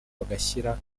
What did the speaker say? bagashyira